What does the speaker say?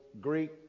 Greek